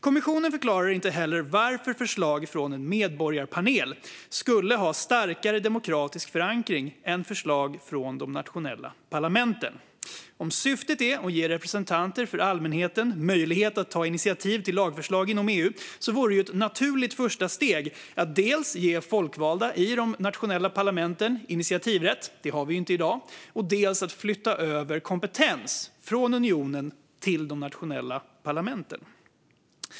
Kommissionen förklarar inte heller varför förslag från en medborgarpanel skulle ha starkare demokratisk förankring än förslag från de nationella parlamenten. Om syftet är att ge representanter för allmänheten möjlighet att ta initiativ till lagförslag inom EU vore ett naturligt första steg dels att ge folkvalda i de nationella parlamenten initiativrätt - det har vi inte i dag - dels att flytta över kompetens från unionen till de nationella parlamenten.